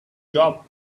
job